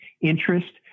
interest